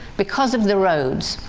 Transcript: because of the roads,